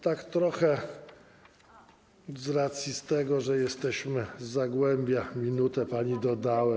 Tak trochę z racji tego, że jesteśmy z Zagłębia, minutę pani dodałem.